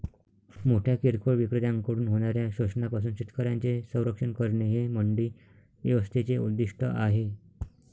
मोठ्या किरकोळ विक्रेत्यांकडून होणाऱ्या शोषणापासून शेतकऱ्यांचे संरक्षण करणे हे मंडी व्यवस्थेचे उद्दिष्ट आहे